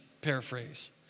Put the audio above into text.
paraphrase